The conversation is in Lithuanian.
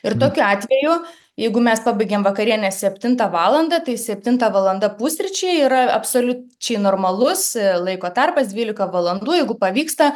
ir tokiu atveju jeigu mes pabaigėm vakarienę septintą valandą tai septinta valanda pusryčiai yra absoliučiai normalus laiko tarpas dvylika valandų jeigu pavyksta